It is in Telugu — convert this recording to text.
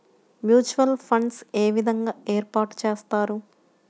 మ్యూచువల్ ఫండ్స్ ఏ విధంగా ఏర్పాటు చేస్తారు?